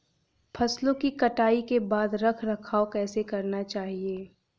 फसलों की कटाई के बाद रख रखाव कैसे करना चाहिये?